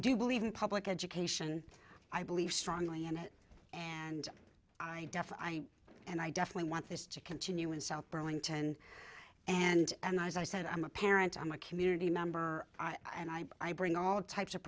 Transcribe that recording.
do believe in public education i believe strongly in it and identify and i definitely want this to continue in south burlington and and as i said i'm a parent i'm a community member i and i i bring all types of